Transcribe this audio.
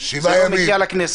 לא מגיע לכנסת.